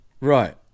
Right